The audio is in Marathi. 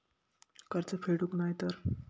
कर्ज फेडूक नाय तर?